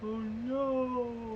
oh no